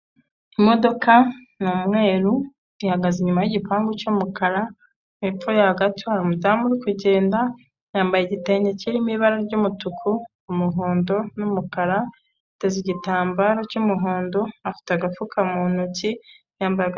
Imodoka ni umweru ihagaze inyuma y'igipangu cy'umukara, hepfo yaho gato hari umudamu uri kugenda, yambaye igitenge kirimo ibara ry'umutuku umuhondo n'umukara ateze igitambararo cy'umuhondo afite agafuka mu ntoki yambaye aga-